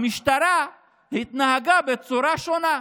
המשטרה התנהגה בצורה שונה.